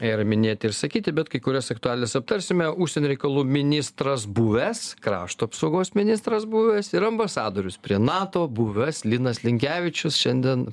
ir minėti ir sakyti bet kai kurias aktualijas aptarsime užsienio reikalų ministras buvęs krašto apsaugos ministras buvęs ir ambasadorius prie nato buvęs linas linkevičius šiandien